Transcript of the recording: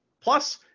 Plus